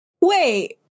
Wait